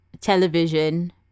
television